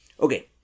Okay